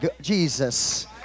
Jesus